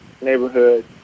neighborhood